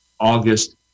August